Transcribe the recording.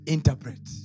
Interpret